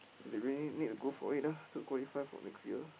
they really need to go for it ah to qualify for next year